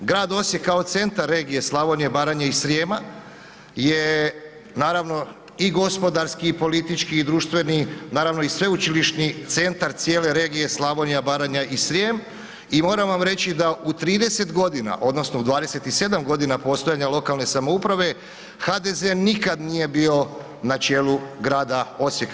Grad Osijek kao centar regije Slavonije, Baranje i Srijema je naravno i gospodarski i politički i društveni, naravno i sveučilišni centar cijele regije Slavonija, Baranja i Srijem i moram vam reći da u 30.g. odnosno u 27.g. postojanja lokalne samouprave, HDZ nikad nije bio na čelu grada Osijeka.